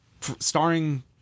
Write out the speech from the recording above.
starring